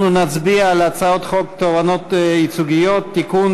אנחנו נצביע על הצעת חוק תובענות ייצוגיות (תיקון,